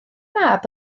mab